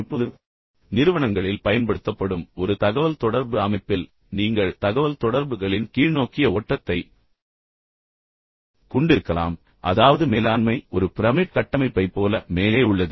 இப்போது நிறுவனங்களில் பயன்படுத்தப்படும் ஒரு தகவல்தொடர்பு அமைப்பில் நீங்கள் தகவல்தொடர்புகளின் கீழ்நோக்கிய ஓட்டத்தை கொண்டிருக்கலாம் அதாவது மேலாண்மை ஒரு பிரமிட் கட்டமைப்பைப் போல மேலே உள்ளது